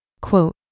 Quote